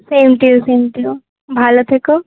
same to you same to you ভালো থেকো